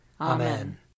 Amen